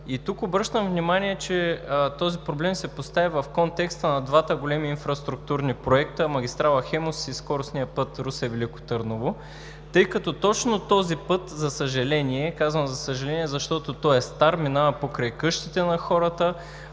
и тук обръщам внимание, че този проблем се поставя в контекста на двата големи инфраструктурни проекта – магистрала „Хемус“ и скоростния път Русе – Велико Търново, тъй като точно този път, за съжаление – защото той е стар, минава покрай къщите на хората,